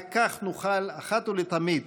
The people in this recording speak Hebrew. רק כך נוכל אחת ולתמיד